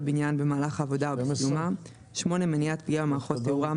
בנין במהלך העבודה ובסיומה ; (8)מניעת פגיעה במערכות תאורה,